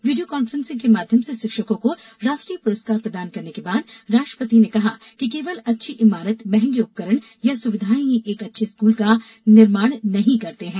video conference के माध्यम से शिक्षकों को राष्ट्रीय पुरस्कार प्रदान करने के बाद राष्ट्रपति ने कहा कि केवल अच्छी इमारत महंगे उपकरण या सुविधाए ही एक अच्छे स्कूल का निर्माण नहीं करते हैं